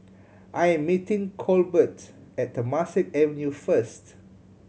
I am meeting Colbert at Temasek Avenue first